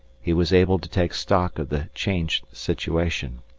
he was able to take stock of the changed situation.